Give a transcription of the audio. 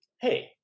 hey